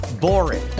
boring